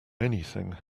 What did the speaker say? anything